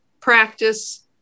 practice